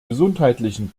gesundheitlichen